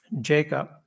Jacob